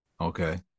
Okay